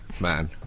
Man